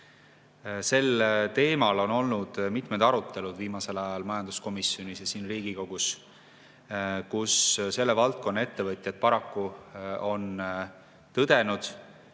Sel teemal on olnud mitmed arutelud viimasel ajal majanduskomisjonis ja siin Riigikogus. Selle valdkonna ettevõtjad paraku on tõdenud,